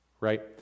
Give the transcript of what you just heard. Right